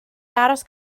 aros